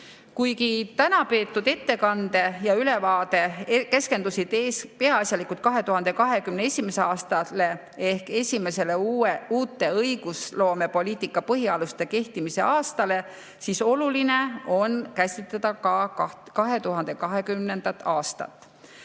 Kuigi täna peetud ettekanne ja ülevaade keskendusid peaasjalikult 2021. aastale ehk esimesele uute õigusloomepoliitika põhialuste kehtimise aastale, siis oluline on käsitleda ka 2020. aastat.